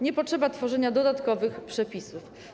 Nie potrzeba tworzenia dodatkowych przepisów.